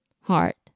heart